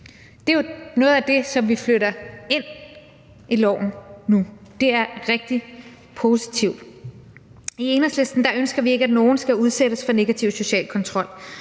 Det er jo noget af det, som vi flytter ind i loven nu. Det er rigtig positivt. I Enhedslisten ønsker vi ikke, at nogen skal udsættes for negativ social kontrol.